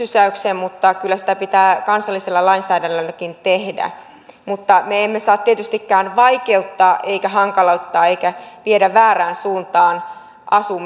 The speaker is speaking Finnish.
sysäyksen mutta kyllä sitä pitää kansallisella lainsäädännölläkin tehdä mutta me emme saa tietystikään vaikeuttaa emmekä hankaloittaa emmekä viedä väärään suuntaan